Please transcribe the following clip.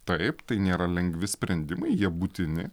taip tai nėra lengvi sprendimai jie būtini